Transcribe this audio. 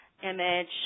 image